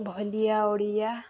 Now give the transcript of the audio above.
ଭଳିଆ ଓଡ଼ିଆ